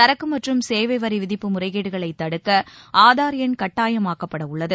சரக்குமற்றும் சேவைவரிவிதிப்பு முறைகேடுகளைத் தடுக்கஆதார் எண் கட்டாயமாக்கப்படஉள்ளது